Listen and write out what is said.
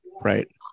Right